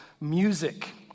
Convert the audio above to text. music